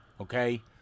okay